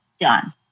done